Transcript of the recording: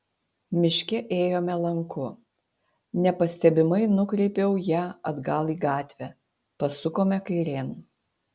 miške ėjome lanku nepastebimai nukreipiau ją atgal į gatvę pasukome kairėn